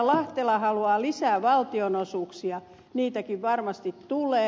lahtela haluaa lisää valtionosuuksia niitäkin varmasti tulee